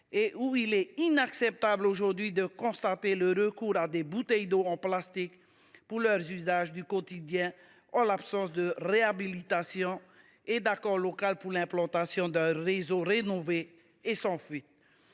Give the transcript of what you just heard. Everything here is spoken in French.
les habitants de Mayotte sont contraints de recourir à des bouteilles d’eau en plastique pour leurs usages du quotidien, en l’absence de réhabilitation et d’accord local pour l’implantation d’un réseau rénové et sans fuite